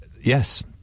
Yes